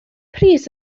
pris